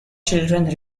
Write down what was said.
children